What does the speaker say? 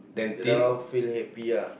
now feeling happy ah